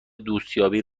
دوستیابی